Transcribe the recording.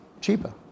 cheaper